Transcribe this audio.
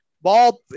ball